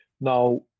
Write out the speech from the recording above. Now